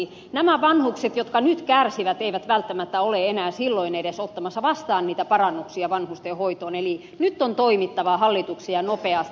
nä mä vanhukset jotka nyt kärsivät eivät välttämättä ole enää silloin edes ottamassa vastaan niitä parannuksia vanhustenhoitoon eli nyt on hallituksen toimittava ja nopeasti